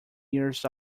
years